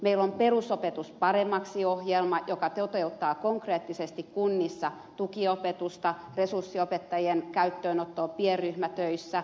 meillä on perusopetus paremmaksi ohjelma joka toteuttaa konkreettisesti kunnissa tukiopetusta resurssiopettajien käyttöönottoa pienryhmätöissä